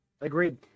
Agreed